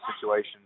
situation